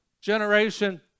generation